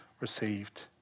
received